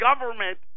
government